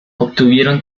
obtuvieron